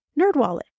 Nerdwallet